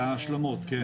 של ההשלמות, כן.